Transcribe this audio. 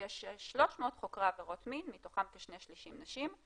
ויש 300 חוקרי עבירות מין, מתוכם כשני שליש נשים.